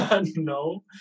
no